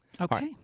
Okay